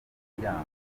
muryango